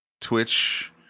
twitch